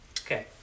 Okay